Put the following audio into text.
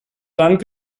land